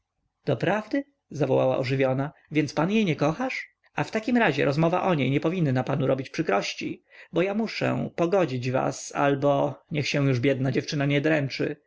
list doprawdy zawołała ożywiona więc pan jej nie kochasz a w takim razie rozmowa o niej nie powinna panu robić przykrości bo ja muszę pogodzić was albo niech się już biedna dziewczyna nie dręczy